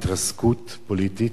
להתרסקות פוליטית,